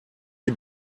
sie